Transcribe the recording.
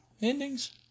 endings